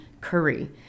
curry